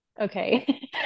okay